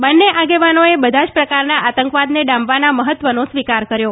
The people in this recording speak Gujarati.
બન્ને આગેવાનોએ બધા જ પ્રકારના આતંકવાદને ડામવાના મહત્વનો સ્વીકાર કર્યો